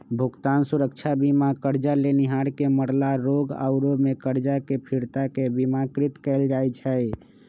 भुगतान सुरक्षा बीमा करजा लेनिहार के मरला, रोग आउरो में करजा के फिरता के बिमाकृत कयल जाइ छइ